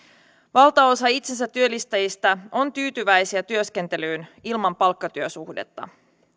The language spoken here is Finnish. valtaosa itsensätyöllistäjistä on tyytyväisiä työskentelyyn ilman palkkatyösuhdetta